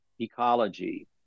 ecology